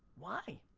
why?